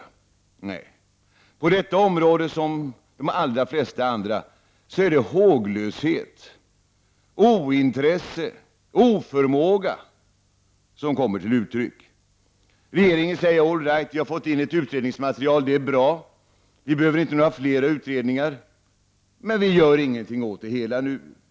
Nej, på detta område som på de allra flesta andra är det håglöshet, ointresse och oförmåga som kommer till uttryck. Regeringen säger: ”All right, vi har fått in ett utredningsmaterial. Det är bra. Vi behöver inte några flera utredningar, men vi gör ingenting åt det hela nu.